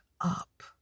up